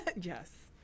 yes